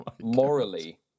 morally